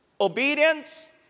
Obedience